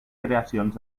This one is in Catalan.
creacions